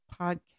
podcast